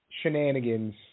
Shenanigans